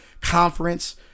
conference